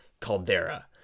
Caldera